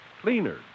cleaner